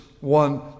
one